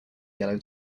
yellow